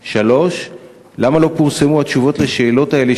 3. למה לא פורסמו התשובות לשאלות האלה,